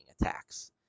attacks